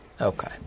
okay